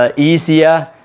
ah easier